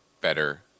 better